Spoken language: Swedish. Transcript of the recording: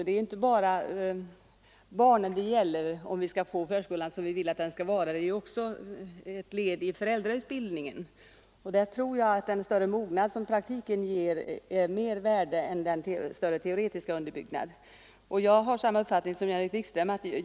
Det är inte bara fråga om barnen, om vi skall få förskolan sådan vi vill att den skall vara. Det handlar också om föräldrautbildningen, och där tror jag att den större mognad som praktiken ger är av större värde än den teoretiska underbyggnaden. Jag har samma uppfattning som herr Wikström.